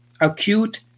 acute